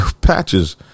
patches